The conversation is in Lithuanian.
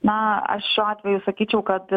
na aš šiuo atveju sakyčiau kad